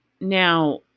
Now